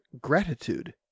gratitude